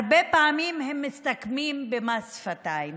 הרבה פעמים הם מסתכמים במס שפתיים.